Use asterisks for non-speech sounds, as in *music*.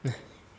*laughs*